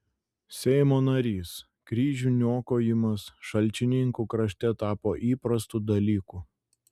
seimo narys kryžių niokojimas šalčininkų krašte tapo įprastu dalyku